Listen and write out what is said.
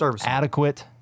adequate